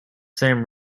same